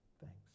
thanks